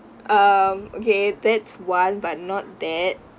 um okay that's one but not that